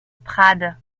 prades